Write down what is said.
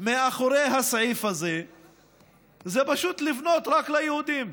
מאחורי הסעיף הזה זה פשוט לבנות רק ליהודים.